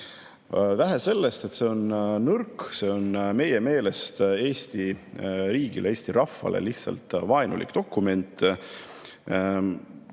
Vähe sellest, et see on nõrk, see on meie meelest Eesti riigi, Eesti rahva vastu lihtsalt vaenulik dokument.